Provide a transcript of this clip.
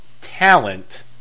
talent